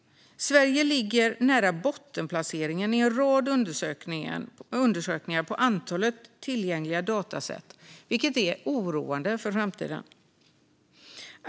Sverige ligger nära bottenplaceringen i en rad undersökningar i fråga om antalet tillgängliga dataset, vilket är oroande för framtiden.